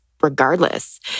regardless